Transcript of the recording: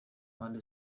mpande